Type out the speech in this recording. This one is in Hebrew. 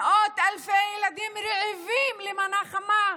מאות אלפי ילדים רעבים למנה חמה,